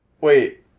Wait